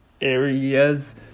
areas